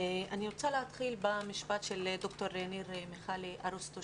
אני רוצה להתחיל במשפט של ד"ר ניר מיכאלי ארוסטו,